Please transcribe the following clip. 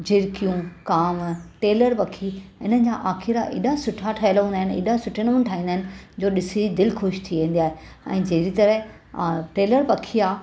झिरकियूं कांव ट्रेलर पखी इन्हनि जा आखिड़ा हेॾा सुठा ठहियल हूंदा आहिनि हेॾा सुठे नमूने ठाहींदा आहिनि जो ॾिसी दिलि ख़ुशि थी वेंदी आहे ऐं जहिड़ी तरह ट्रेलर पखी आहे